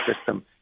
system